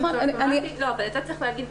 צריך להגיד,